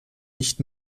nicht